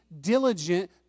diligent